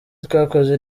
twakoze